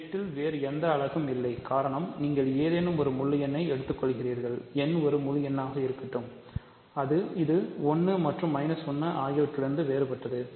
Z இல் வேறு எந்த அலகுகளும் இல்லை காரணம் நீங்கள் ஏதேனும் ஒரு முழு எண்ணையும் எடுத்துக்கொள்கிறீர்கள் n ஒரு முழு எண்ணாக இருக்கட்டும் இது 1 மற்றும் 1 ஆகியவற்றிலிருந்து வேறுபட்டது